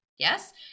Yes